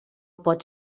pot